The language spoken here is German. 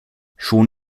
schon